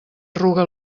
arruga